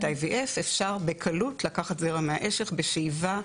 IVF אפשר בקלות לקחת זרע מהאשך בשאיבה,